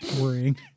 worrying